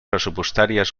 pressupostàries